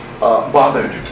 Bothered